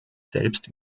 selbst